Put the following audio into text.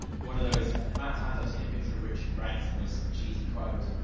and one of those, the amount of times i've seen a picture of richard branson with some cheesy quote,